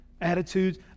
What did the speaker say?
attitudes